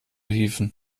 hieven